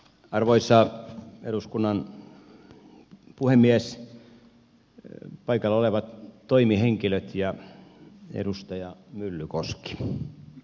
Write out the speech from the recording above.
arvoisa eduskunnan puhemies paikalla olevat toimihenkilöt ja edustaja myllykoski